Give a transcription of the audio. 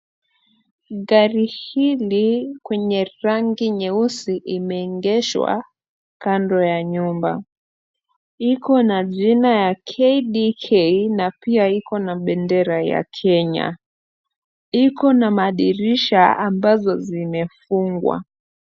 Gari hili kwenye rangi nyeusi imeegeshwa kando ya nyumba. Iko na jina ya KDK na pia iko na bendera ya Kenya. Iko na madirisha ambazo zimefungwa.